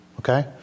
Okay